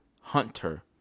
Hunter